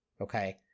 Okay